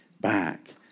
back